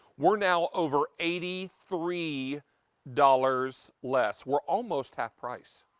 we're now over eighty three dollars less. we're almost half price.